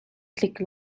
tlik